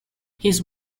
his